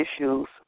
Issues